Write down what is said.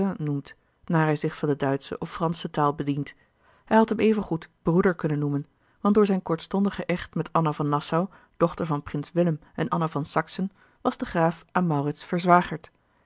naar hij zich van de duitsche of fransche taal bedient hij had hem even goed broeder kunnen noemen want door zijn kortstondigen echt met anna van nassau dochter van prins willem i en anna van saxen was de graaf van maurits verzwagerd